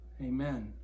amen